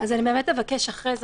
והיו נציגים של סנגוריה,